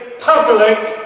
public